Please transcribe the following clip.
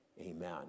Amen